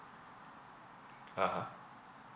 (uh huh)